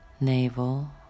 navel